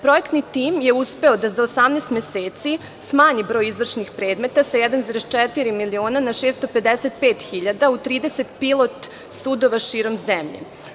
Projektni tim je uspeo da za 18 meseci smanji broj izvršnih predmeta sa 1,4 miliona na 655 hiljada u 30 pilot sudova širom zemlje.